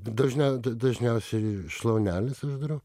dažniau d dažniausiai šlauneles aš darau